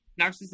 narcissism